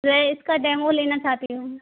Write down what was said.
मैं इसका डेमो लेना चाहती हूँ